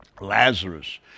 Lazarus